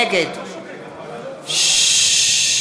נגד לא שומעים.